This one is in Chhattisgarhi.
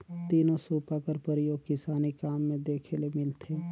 तीनो सूपा कर परियोग किसानी काम मे देखे ले मिलथे